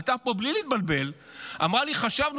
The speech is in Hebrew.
עלתה פה בלי להתבלבל ואמרה לי: חשבנו